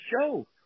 show